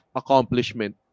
accomplishment